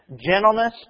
gentleness